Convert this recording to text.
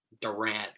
Durant